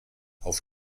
auf